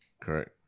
Correct